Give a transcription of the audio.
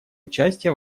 участие